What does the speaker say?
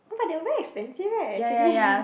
but they were very expensive [right] actually